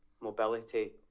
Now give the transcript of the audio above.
mobility